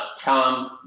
Tom